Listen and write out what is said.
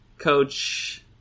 coach